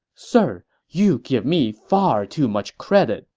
sir, you give me far too much credit,